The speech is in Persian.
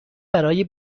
برای